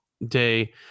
day